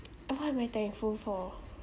uh what am I thankful for